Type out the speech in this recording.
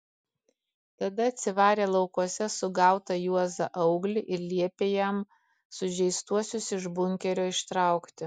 tada atsivarė laukuose sugautą juozą auglį ir liepė jam sužeistuosius iš bunkerio ištraukti